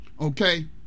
okay